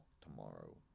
tomorrow